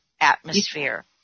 atmosphere